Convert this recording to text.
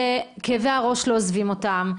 שכאבי הראש לא עוזבים אותם,